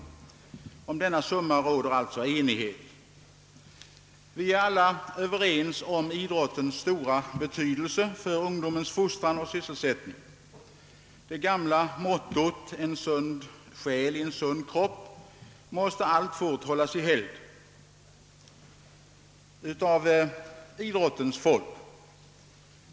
Om denna summa råder det enighet. Vi är alla överens om idrottens stora betydelse för ungdomens fostran och sysselsättning. Det gamla mottot »En sund själ i en sund kropp» måste alltfort hållas i helgd av idrottens folk.